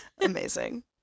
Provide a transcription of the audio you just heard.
Amazing